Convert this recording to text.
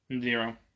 Zero